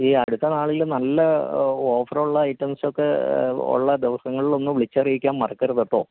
ഈ അടുത്ത നാളിൽ നല്ല ഓഫർ ഉള്ള ഐറ്റംസൊക്കെ ഉള്ള ദിവസങ്ങളിലൊന്ന് വിളിച്ചറിയിക്കാൻ മറക്കരുത് കേട്ടോ